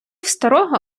старого